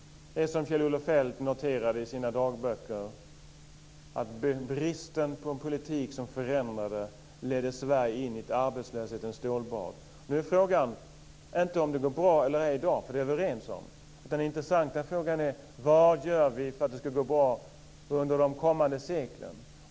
Det är som Kjell-Olof Feldt noterade i sina dagböcker, nämligen att bristen på en politik som förändrade ledde Sverige in i ett arbetslöshetens stålbad. Nu är det inte fråga om det går bra eller ej i dag. Där är vi överens. Den intressanta frågan är vad vi gör för att det ska gå bra under de kommande seklen.